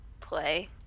play